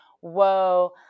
whoa